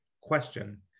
question